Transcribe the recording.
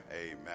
amen